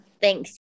Thanks